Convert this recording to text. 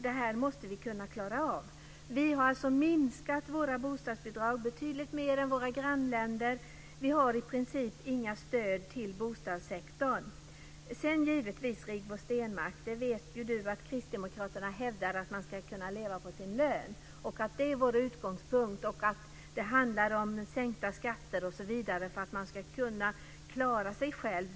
Det måste vi kunna klara av. Vi har minskat våra bostadsbidrag betydligt mer än vad man gjort i våra grannländer. Vi har i princip inga stöd till bostadssektorn. Rigmor Stenmark vet givetvis att kristdemokraterna hävdar att man ska kunna leva på sin lön. Det är vår utgångspunkt. Det handlar om sänkta skatter osv. för att människor ska kunna klara sig själva.